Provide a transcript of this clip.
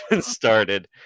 started